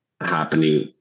happening